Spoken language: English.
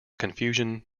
confusion